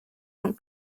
son